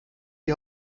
die